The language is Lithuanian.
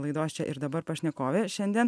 laidos čia ir dabar pašnekovė šiandien